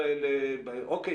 אוקיי,